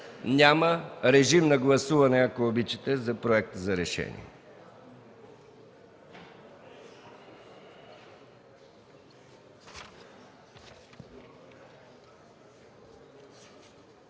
Няма. Режим на гласуване, ако обичате, за проекта за решение.